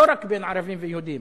לא רק בין ערבים ויהודים.